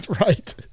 right